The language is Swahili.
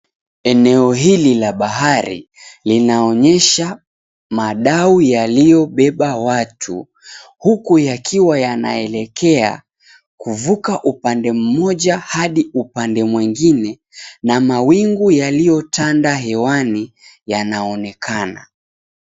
Eneo hili la bahari linaonyesha madau yaliyo beba watu huku yakiwa yanaelekea kuvuka upande mmoja hadi upande mwingine na mawingu yaliyo tanda hewani yanaonekana.